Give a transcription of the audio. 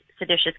seditious